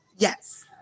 Yes